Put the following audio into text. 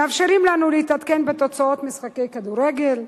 מאפשרים לנו להתעדכן בתוצאות משחקי כדורגל,